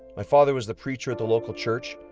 my father was the preacher at the local church.